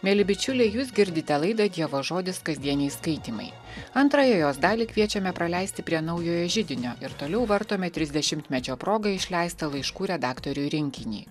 mieli bičiuliai jūs girdite laidą dievo žodis kasdieniai skaitymai antrąją jos dalį kviečiame praleisti prie naujojo židinio ir toliau vartome trisdešimtmečio proga išleistą laiškų redaktoriui rinkinį